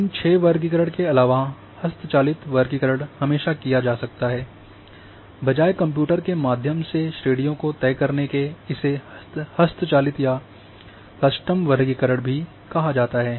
इन 6 वर्गीकरण के अलावा हस्तचालित वर्गीकरण हमेशा किया जा सकता है बजाय कंप्यूटर के माध्यम से श्रेणियों को तय के इसे हस्तचालित या कस्टम वर्गीकरण भी कहा जाता है